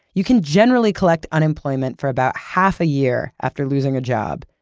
you can generally collect unemployment for about half a year after losing a job.